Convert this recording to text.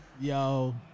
Yo